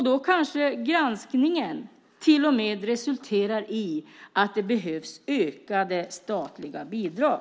Då kanske granskningen till och med resulterar i att det behövs ökade statliga bidrag.